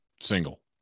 Single